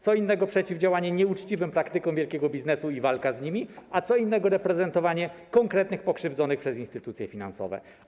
Co innego przeciwdziałanie nieuczciwym praktykom wielkiego biznesu i walka z nimi, a co innego reprezentowanie konkretnych pokrzywdzonych przez instytucje finansowe.